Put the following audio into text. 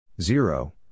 Zero